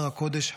הר הקודש,